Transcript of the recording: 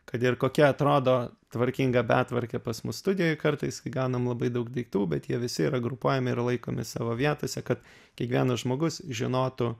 kad ir kokia atrodo tvarkinga betvarkė pas mus studijoj kartais kai gaunam labai daug daiktų bet jie visi yra grupuojami ir laikomi savo vietose kad kiekvienas žmogus žinotų